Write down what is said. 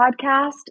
podcast